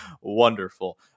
wonderful